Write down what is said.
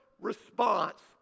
response